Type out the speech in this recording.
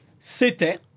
c'était